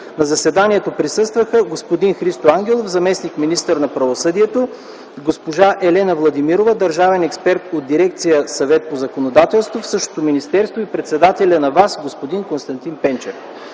г.На заседанието присъстваха господин Христо Ангелов – заместник-министър на правосъдието, госпожа Елена Владимирова – държавен експерт от дирекция „Съвет по законодателство” в същото министерство, и председателят на ВАС – господин Константин Пенчев.